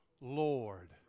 Lord